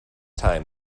time